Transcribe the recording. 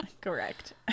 correct